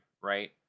right